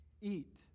eat